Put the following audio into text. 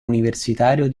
universitario